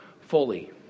fully